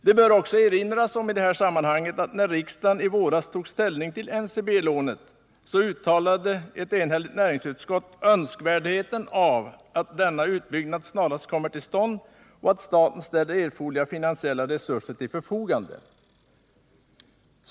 Det bör i det här sammanhanget också erinras om att när riksdagen i våras tog ställning till NCB-lånet, så uttalade ett enhälligt näringsutskott önskvärdheten av att denna utbyggnad snarast kommer till stånd och att staten ställer erforderliga finansiella resurser till förfogande.